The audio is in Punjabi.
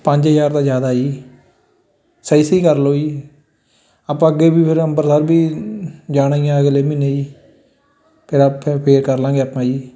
ਪੰਜ ਹਜ਼ਾਰ ਤਾਂ ਜ਼ਿਆਦਾ ਜੀ ਸਹੀ ਸਹੀ ਕਰ ਲਓ ਜੀ ਆਪਾਂ ਅੱਗੇ ਵੀ ਫਿਰ ਅੰਮ੍ਰਿਤਸਰ ਵੀ ਜਾਣਾ ਹੀ ਆ ਅਗਲੇ ਮਹੀਨੇ ਜੀ ਫਿਰ ਅਪ ਫਿਰ ਕਰ ਲਾਂਗੇ ਆਪਾਂ ਜੀ